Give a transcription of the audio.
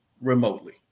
remotely